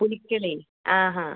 പുലിക്കളി ആ ഹാ